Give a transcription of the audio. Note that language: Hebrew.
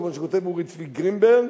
כמו שכותב אורי צבי גרינברג